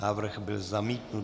Návrh byl zamítnut.